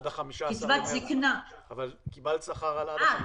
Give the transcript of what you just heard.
אני בת 66, מקבלת קצבת זקנה של 2,100 שקלים.